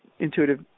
intuitive